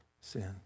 sin